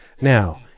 Now